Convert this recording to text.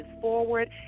forward